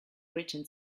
written